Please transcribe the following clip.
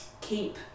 keep